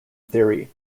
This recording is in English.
theory